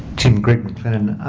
tim, greg mcclenan.